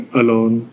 alone